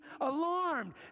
alarmed